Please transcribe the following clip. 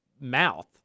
mouth